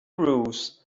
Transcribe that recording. roofs